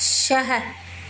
छह